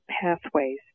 pathways